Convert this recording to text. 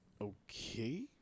Okay